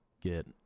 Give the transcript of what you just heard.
get